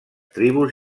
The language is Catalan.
tribus